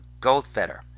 Goldfeder